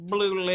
Blue